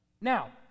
now